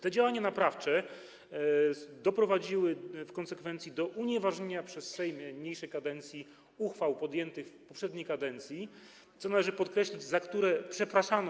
Te działania naprawcze doprowadziły w konsekwencji do unieważnienia przez Sejm niniejszej kadencji uchwał podjętych w poprzedniej kadencji za które - co należy podkreślić - wówczas przepraszano.